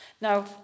Now